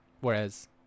Whereas